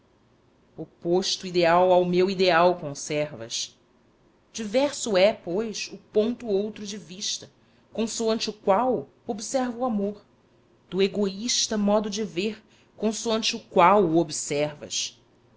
oposto ideal ao meu ideal conservas diverso é pois o ponto outro de vista consoante o qual observo o amor do egoísta modo de ver consoante o qual o observas